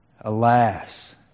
Alas